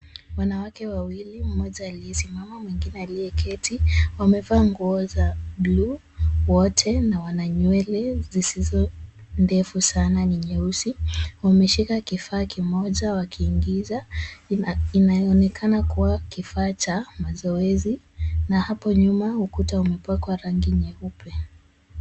Wanawake wawili mmoja aliyesimama mwingine aliyeketi wamevaa nguo za bluu wote na wana nywele zisizo ndefu sana ni nyeusi. Wameshika kifaa kimoja wakiingiza inayoonekana kuwa kifaa cha mazoezi na hapo nyuma ukuta umepakwa rangi nyeupe.